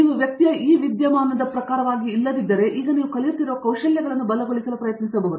ನೀವು ವ್ಯಕ್ತಿಯ ಈ ವಿದ್ಯಮಾನದ ಪ್ರಕಾರವಾಗಿಲ್ಲದಿದ್ದರೆ ನೀವು ಈಗ ಕಲಿಯುತ್ತಿರುವ ಕೌಶಲ್ಯಗಳನ್ನು ಬಲಗೊಳಿಸಲು ಪ್ರಯತ್ನಿಸಬಹುದು